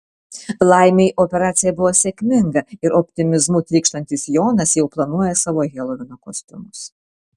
laimei operacija buvo sėkminga ir optimizmu trykštantis jonas jau planuoja savo helovino kostiumus